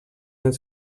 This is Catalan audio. dels